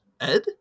Ed